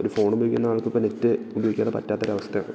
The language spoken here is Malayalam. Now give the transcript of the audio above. ഒരു ഫോൺ ഉപയോഗിക്കുന്ന ആൾക്കിപ്പോൾ നെറ്റ് ഉപയോഗിക്കാതെ പറ്റാത്തൊരവസ്ഥയാണ്